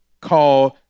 called